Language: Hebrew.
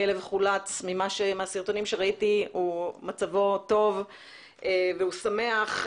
הכלב חולץ ובסרטונים ראיתי שמצבו טוב והוא שמח,